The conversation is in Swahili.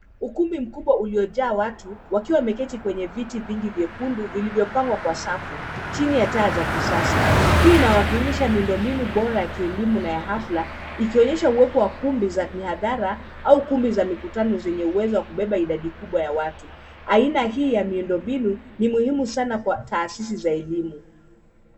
Ukumbi mkubwa uliojaa watu wakiwa wameketi kwenye viti vingi vya vyekundu vilivyopangwa kwa safu chini ya taa za kisasa. Hii inawakilisha miundombinu bora ya kielimu na ya hafla ikionyesha uwepo wa kumbi za mihadhara au kumbi za mikutano zenye uwezo wa kubeba idadi mubwa ya watu. Aina hii ya miundombinu ni muhimu sana kwa taasisi za elimu.